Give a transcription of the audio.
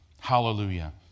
Hallelujah